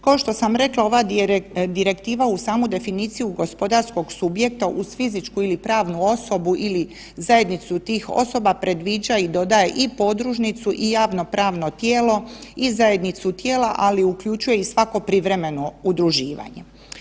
Košto sam rekla ova direktiva uz samu definiciju gospodarskog subjekta uz fizičku ili pravnu osobu ili zajednicu tih osoba predviđa i dodaje i podružnicu i javnopravno tijelo i zajednicu tijela, ali uključuje i svako privremeno udruživanje.